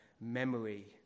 memory